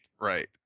right